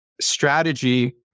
strategy